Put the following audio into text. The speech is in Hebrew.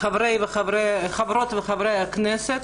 חברות וחברי הכנסת